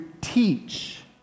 teach